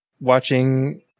watching